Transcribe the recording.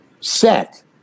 set